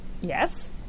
yes